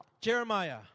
Jeremiah